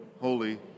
Holy